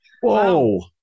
Whoa